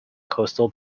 coastal